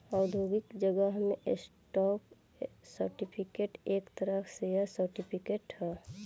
औद्योगिक जगत में स्टॉक सर्टिफिकेट एक तरह शेयर सर्टिफिकेट ह